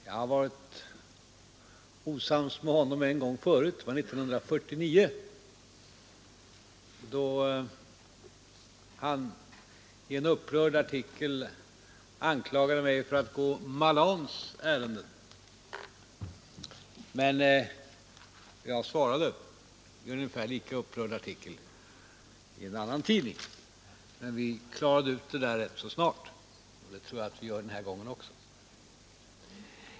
Jag har varit osams med honom en gång tidigare, nämligen 1949, då han i en upprörd artikel anklagade mig för att gå Malans ärenden. Jag svarade då i en ungefär lika upprörd artikel i en annan tidning, och vi klarade ut hela saken ganska snart. Det tror jag att vi kommer att göra den här gången också.